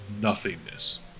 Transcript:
nothingness